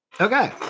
Okay